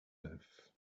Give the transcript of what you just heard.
neuf